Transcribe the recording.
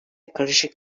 karışık